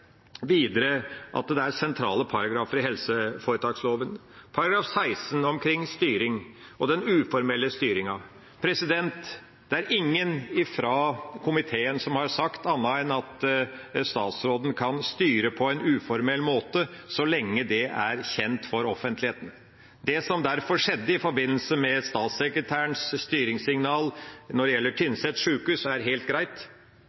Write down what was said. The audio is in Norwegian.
videre er det sentrale paragrafer i helseforetaksloven, § 16, omkring styring – og den uformelle styringa. Det er ingen fra komiteen som har sagt annet enn at statsråden kan styre på en uformell måte så lenge det er kjent for offentligheten. Det som derfor skjedde i forbindelse med statssekretærens styringssignal når det gjelder sjukehuset på Tynset, er helt greit.